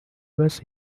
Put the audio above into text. was